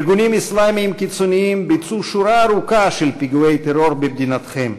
ארגונים אסלאמיים קיצוניים ביצעו שורה ארוכה של פיגועי טרור במדינתכם,